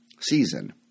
season